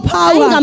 power